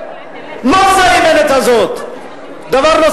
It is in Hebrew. מה זה האיוולת הזאת?